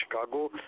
Chicago